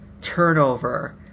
turnover